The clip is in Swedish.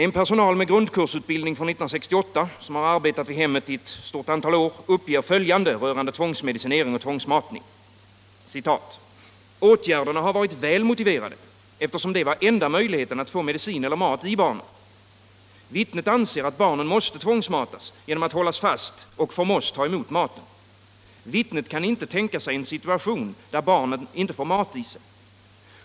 En ur personalen med grundkursutbildning från 1968 som har arbetat vid hemmet i ett stort antal år uppger följande rörande tvångsmedicinering och tvångsmatning: ”-—-- åtgärderna har varit väl motiverade eftersom det var enda möjligheten att få medicin eller mat i barnen. Vittnet anser att barnen måste tvångsmatas genom att hållas fast och förmås ta emot maten. Vittnet kan inte tänka sig en situation där barnen inte får mat i sig.